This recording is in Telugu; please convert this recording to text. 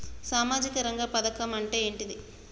సామాజిక రంగ పథకం అంటే ఏంటిది?